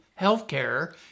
healthcare